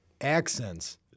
accents